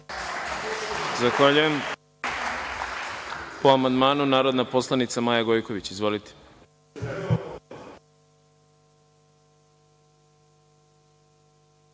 Zahvaljujem. Po amandmanu, reč ima narodna poslanica Maja Gojković. Izvolite.